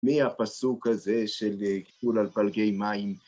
מהפסוק הזה של קיפול על פלגי מים.